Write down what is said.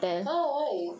!huh! why